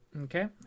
Okay